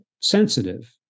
sensitive